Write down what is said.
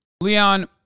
Leon